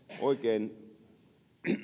oikein